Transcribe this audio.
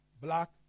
black